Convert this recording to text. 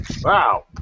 Wow